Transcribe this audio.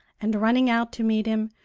and running out to meet him,